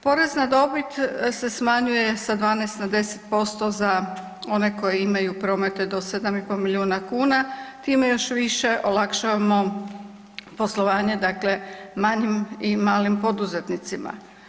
Porez na dobit se smanjuje sa 12 na 10% za one koji imaju promete do 7,5 milijuna kuna, time još više olakšavamo poslovanje manjim i malim poduzetnicima.